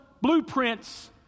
blueprints